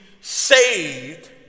saved